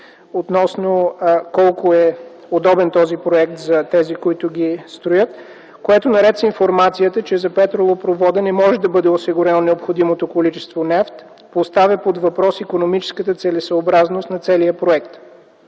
относно колко е удобен този проект за тези, които го строят, което наред с информацията, че за петролопровода не може да бъде осигурено необходимото количество нефт, поставя под въпрос икономическата целесъобразност на целия проект.